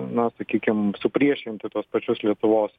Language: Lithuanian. na sakykim supriešinti tuos pačius lietuvos